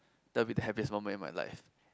that will be the happiest moment in my life